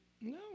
No